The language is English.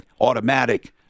automatic